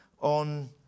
on